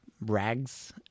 rags